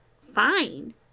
fine